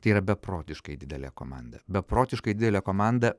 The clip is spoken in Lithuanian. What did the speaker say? tai yra beprotiškai didelė komanda beprotiškai didelė komanda